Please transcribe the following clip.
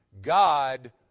God